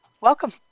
welcome